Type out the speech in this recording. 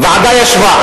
הוועדה ישבה,